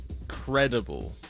incredible